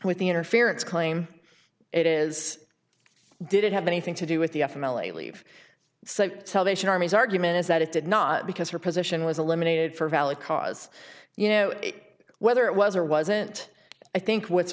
with the interference claim it is did it have anything to do with the f m l a leave salvation army's argument is that it did not because her position was eliminated for a valid cause you know it whether it was or wasn't i think w